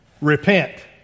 Repent